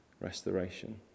restoration